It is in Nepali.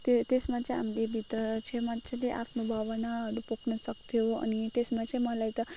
त्यो त्यसमा चाहिँ हामीले भित्र चाहिँ मज्जाले आफ्नो भावनाहरू पोख्न सक्थ्यौँ अनि त्यसमा चाहिँ मलाई त